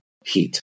heat